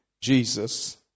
Jesus